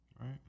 Right